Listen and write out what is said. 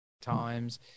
times